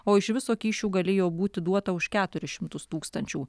o iš viso kyšių galėjo būti duota už keturis šimtus tūkstančių